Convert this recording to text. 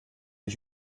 ich